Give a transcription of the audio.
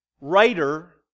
writer